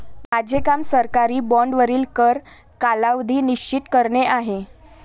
माझे काम सरकारी बाँडवरील कर कालावधी निश्चित करणे आहे